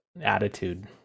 Attitude